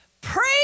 Praise